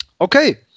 okay